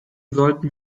sollten